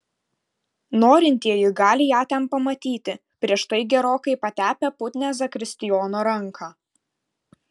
norintieji gali ją ten pamatyti prieš tai gerokai patepę putnią zakristijono ranką